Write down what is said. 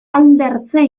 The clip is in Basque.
hainbertze